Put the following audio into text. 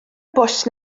bws